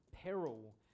peril